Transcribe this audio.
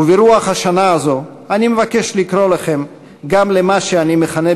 וברוח השנה הזו אני מבקש לקרוא לכם גם למה שאני מכנה,